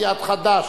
חד"ש,